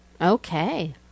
Okay